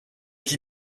qui